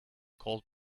called